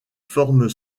forme